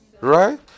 Right